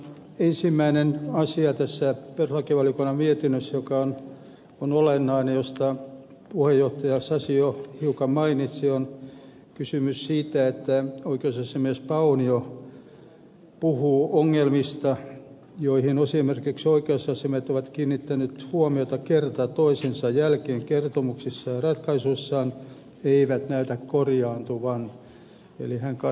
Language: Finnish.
ensimmäinen asia perustuslakivaliokunnan mietinnössä joka on olennainen josta puheenjohtaja sasi jo hiukan mainitsi on kysymys siitä että oikeusasiamies paunio puhuu ongelmista joihin esimerkiksi oikeusasiamiehet ovat kiinnittäneet huomiota kerta toisensa jälkeen kertomuksissaan ja ratkaisuissaan ja jotka eivät näytä korjaantuvan